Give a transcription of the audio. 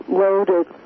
loaded